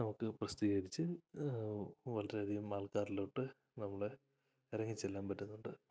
നമുക്കു പ്രസിദ്ധീകരിച്ച് വളരെയധികം ആൾക്കാരിലോട്ട് നമ്മള് ഇറങ്ങിച്ചെല്ലാൻ പറ്റുന്നുണ്ട്